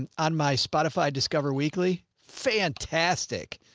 and on my spotify discover weekly. fantastic.